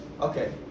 Okay